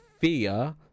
fear